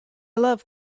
love